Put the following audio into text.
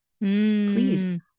please